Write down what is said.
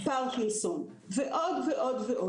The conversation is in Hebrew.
פרקינסון ועוד ועוד.